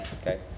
Okay